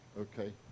Okay